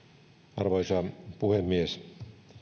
arvoisa puhemies